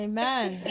Amen